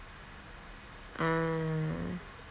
mm